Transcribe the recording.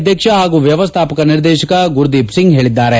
ಅಧ್ಯಕ್ಷ ಹಾಗೂ ವ್ಯವಸ್ನಾಪಕ ನಿರ್ದೇಶಕ ಗುರುದೀಪ್ ಸಿಂಗ್ ಹೇಳಿದ್ದಾರೆ